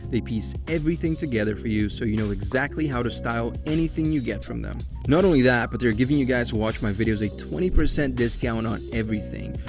they piece everything together for you so you know exactly how to style anything you get from them. not only that, but they're giving you guys who watch my videos, a twenty percent discount on everything.